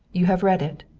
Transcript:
you have read it?